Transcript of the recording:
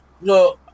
No